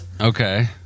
Okay